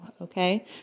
Okay